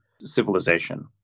civilization